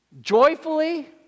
Joyfully